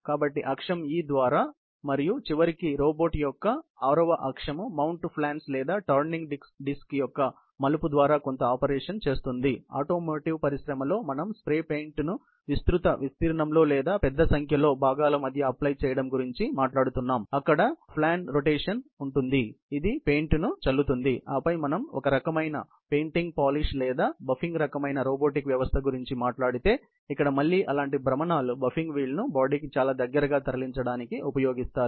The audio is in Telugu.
కాబట్టి అక్షం E ద్వారా అర్థం మరియు చివరికి రోబోట్ యొక్క 6 వ అక్షం మౌంటు ఫ్లాన్స్ లేదా టర్నింగ్ డిస్క్ యొక్క మలుపు ద్వారా కొంత ఆపరేషన్ చేస్తుంది ఆటోమోటివ్ పరిశ్రమలో మనం స్ప్రే పెయింట్ ను విస్తృత విస్తీర్ణంలో లేదా పెద్ద సంఖ్యలో భాగాల మధ్య అప్లై చెయ్యడం గురించి మాట్లాడుతున్నాము అక్కడ ఫ్లాన్ రొటేషన్ ఉంది ఇది పెయింట్ను చల్లుతుంది ఆపై మనం ఒక రకమైన పెయింటింగ్ పాలిష్ లేదా బఫింగ్ రకమైన రోబోటిక్ వ్యవస్థ గురించి మాట్లాడితే ఇక్కడ మళ్ళీ అలాంటి భ్రమణాలు బఫింగ్ వీల్ను బాడీకి చాలా దగ్గరగా తరలించడానికి ఉపయోగిస్తారు